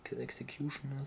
executioners